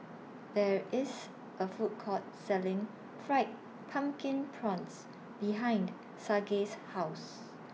There IS A Food Court Selling Fried Pumpkin Prawns behind Saige's House